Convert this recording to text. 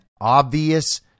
obvious